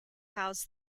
house